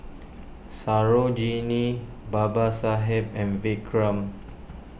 Sarojini Babasaheb and Vikram